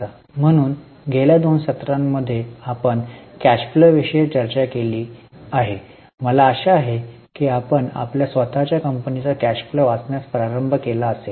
म्हणून गेल्या दोन सत्रां मध्ये आपण कॅश फ्लोाविषयी चर्चा केली आहे मला आशा आहे की आपण आपल्या स्वतःच्या कंपनीचा कॅश फ्लो वाचण्यास प्रारंभ केला असेल